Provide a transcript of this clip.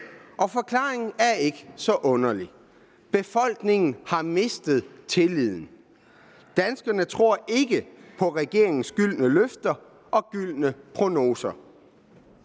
Forklaringen er ikke så underlig. Befolkningen har mistet tilliden. Danskerne tror ikke på regeringens gyldne løfter og gyldne prognoser.